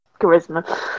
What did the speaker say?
charisma